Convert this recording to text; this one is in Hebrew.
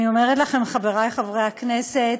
אני אומרת לכם, חברי חברי הכנסת,